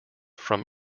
from